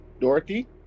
Dorothy